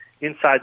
inside